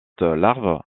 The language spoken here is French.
larves